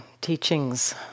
teachings